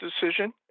decision